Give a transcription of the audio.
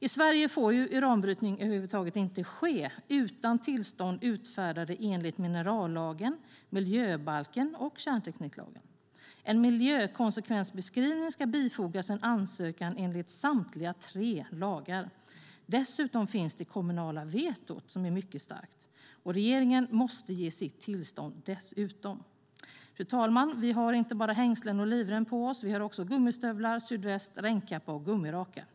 I Sverige får uranbrytning över huvud taget inte ske utan tillstånd utfärdade enligt minerallagen, miljöbalken och kärntekniklagen. En miljökonsekvensbeskrivning ska bifogas en ansökan enligt samtliga tre lagar. Dessutom finns det kommunala vetot, som är mycket starkt, och regeringen måste ge sitt tillstånd. Vi har inte bara hängslen och livrem på oss. Vi har också gummistövlar, sydväst, regnkappa och gummiraka.